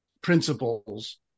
principles